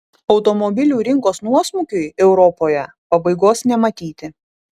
automobilių rinkos nuosmukiui europoje pabaigos nematyti